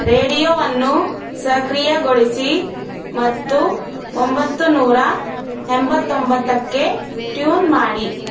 ರೇಡಿಯೋವನ್ನು ಸಕ್ರಿಯಗೊಳಿಸಿ ಮತ್ತು ಒಂಬತ್ತು ನೂರ ಎಂಬತ್ತೊಂಬತ್ತಕ್ಕೆ ಟ್ಯೂನ್ ಮಾಡಿ